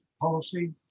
policy